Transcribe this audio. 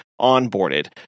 onboarded